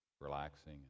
relaxing